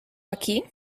aquí